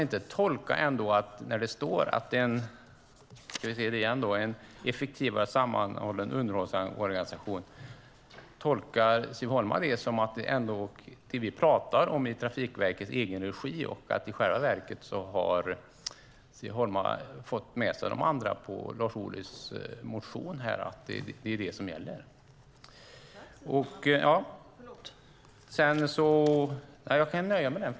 När det står "en effektivare och samordnad underhållsorganisation", tolkar Siv Holma ändå det som att det vi pratar om är Trafikverkets egenregi och att Siv Holma i själva verket har fått med sig de andra på Lars Ohlys motion och att det är det som gäller?